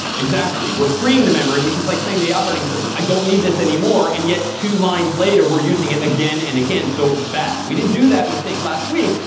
exactly. we're freeing the memory, which is like saying to the operating system, i don't need this anymore. and yet, two lines later we're using it again and again. so bad. we didn't do that mistake last week,